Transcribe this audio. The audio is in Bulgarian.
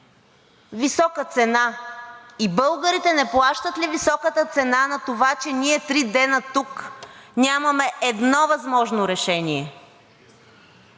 висока цена и българите не плащат ли високата цена на това, че ние три дена тук нямаме едно възможно решение?